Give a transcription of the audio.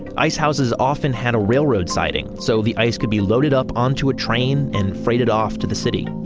ice houses often had a railroad siding so the ice could be loaded up onto a train and freighted off to the city